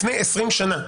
לפני 20 שנה.